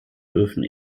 dürfen